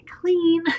clean